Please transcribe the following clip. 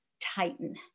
tighten